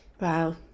wow